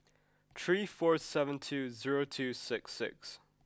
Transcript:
three four seven two zero two six six